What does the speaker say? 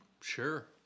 Sure